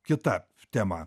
kita tema